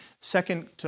second